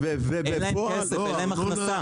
אין להם כסף, אין להם הכנסה.